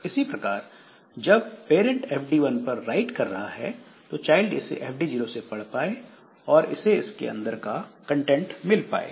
इसी प्रकार जब पेरेंट fd 1 पर राइट कर रहा है तो चाइल्ड इसे fd 0 से पढ़ पाए और उसे इसके अंदर का कंटेंट मिल पाए